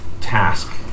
task